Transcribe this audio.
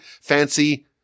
fancy